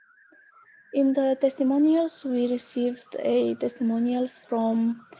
in the testimonials we received a testimonial from